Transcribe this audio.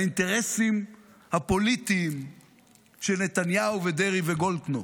לאינטרסים הפוליטיים של נתניהו ודרעי וגולדקנופ.